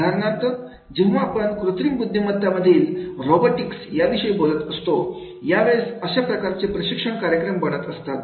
उदाहरणार्थ जेव्हा आपण कृत्रिम बुद्धिमत्ता मधील रोबोटिक्स याविषयी बोलत असतो यावेळेस अशा प्रकारच्या प्रशिक्षण कार्यक्रम बनत असतात